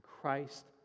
Christ